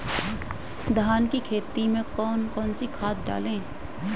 धान की खेती में कौन कौन सी खाद डालें?